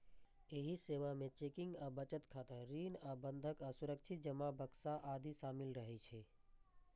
एहि सेवा मे चेकिंग आ बचत खाता, ऋण आ बंधक आ सुरक्षित जमा बक्सा आदि शामिल रहै छै